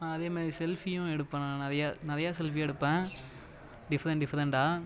அதேமாதிரி செல்ஃபியும் எடுப்பேன் நான் நிறைய நிறைய செல்ஃபி எடுப்பேன் டிஃப்ரெண்ட் டிஃப்ரெண்டாக